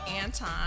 Anton